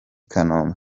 kanombe